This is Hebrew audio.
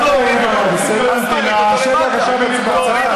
עשר דקות.